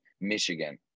Michigan